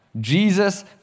Jesus